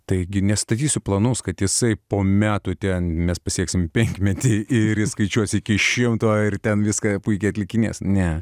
taigi nestatysiu planus kad jisai po metų ten mes pasieksime penkmetį ir jis skaičiuos iki šimto ir ten viską puikiai atlikinės ne